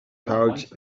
pouch